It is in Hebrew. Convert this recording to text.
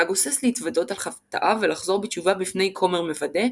הגוסס להתוודות על חטאיו ולחזור בתשובה בפני כומר מוודה,